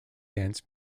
dance